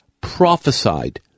prophesied